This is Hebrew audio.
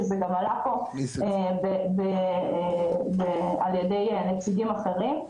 שגם עלה פה על ידי נציגים אחרים.